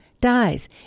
dies